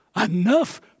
enough